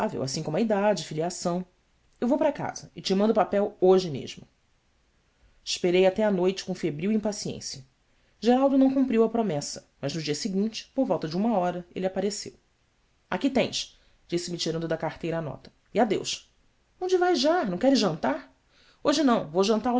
as eu vou para casa e te mando o papel hoje mesmo esperei até a noite com febril impaciência geraldo não cumpriu a promessa mas no dia seguinte por volta de uma hora elle appareceu aqui tens disse-me tirando da carteira a nota adeus onde vais já não queres jantar oje não vou jantar